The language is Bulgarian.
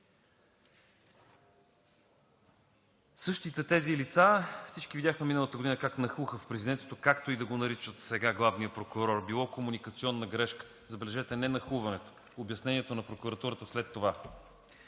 Същите тези лица, всички видяхме миналата година как нахлуха в Президентството, както и да го нарича сега главния прокурор – било комуникационна грешка, забележете, не нахлуване, обяснението на прокуратурата след това.